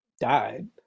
died